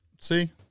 See